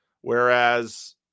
Whereas